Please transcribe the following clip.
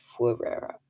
fuera